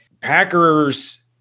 Packers –